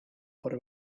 por